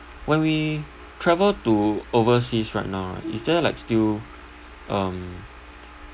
when we travel to overseas right now right is there like still um